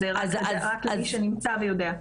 למי שנמצא ויודע.